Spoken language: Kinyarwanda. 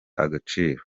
agaciro